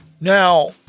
Now